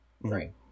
right